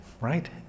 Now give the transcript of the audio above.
right